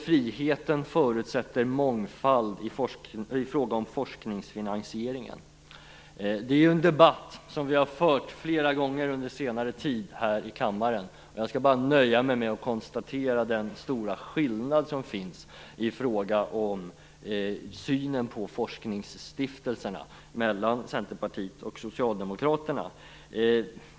Friheten förutsätter också en mångfald i fråga om forskningsfinansieringen. Den debatten har vi fört flera gånger under senare tid i denna kammare. Jag nöjer mig med att konstatera den stora skillnad som finns mellan Centerpartiet och Socialdemokraterna när det gäller synen på forskningsstiftelserna.